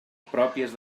pròpies